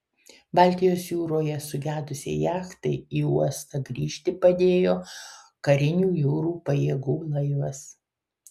baltijos jūroje sugedusiai jachtai į uostą grįžti padėjo karinių jūrų pajėgų laivas